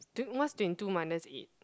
t~ what's twenty two minus eight